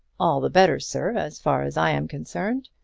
all the better, sir, as far as i am concerned.